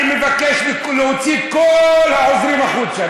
אני מבקש להוציא את כל העוזרים החוצה.